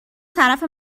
طرف